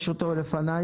יש אותו לפניך?